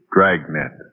Dragnet